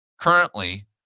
Currently